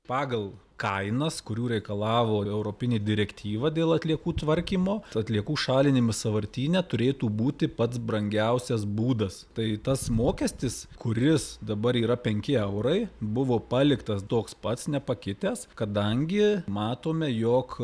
pagal kainas kurių reikalavo europinė direktyva dėl atliekų tvarkymo atliekų šalinimas sąvartyne turėtų būti pats brangiausias būdas tai tas mokestis kuris dabar yra penki eurai buvo paliktas toks pats nepakitęs kadangi matome jog